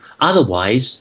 Otherwise